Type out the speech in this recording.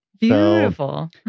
beautiful